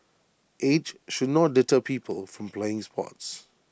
age should not deter people from playing sports